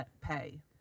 pay